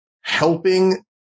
helping